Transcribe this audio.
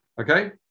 Okay